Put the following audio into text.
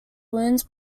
wounds